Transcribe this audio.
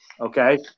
Okay